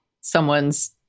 someone's